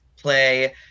play